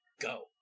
go